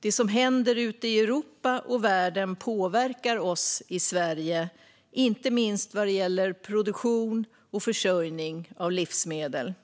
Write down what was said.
Det som händer ute i Europa och världen påverkar oss i Sverige, inte minst vad gäller produktion och försörjning av livsmedel.